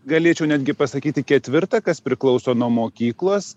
galėčiau netgi pasakyti ketvirta kas priklauso nuo mokyklos